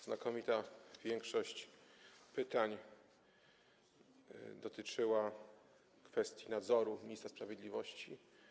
Znakomita większość pytań dotyczyła kwestii nadzoru ministra sprawiedliwości.